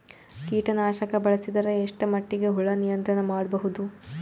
ಕೀಟನಾಶಕ ಬಳಸಿದರ ಎಷ್ಟ ಮಟ್ಟಿಗೆ ಹುಳ ನಿಯಂತ್ರಣ ಮಾಡಬಹುದು?